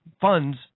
funds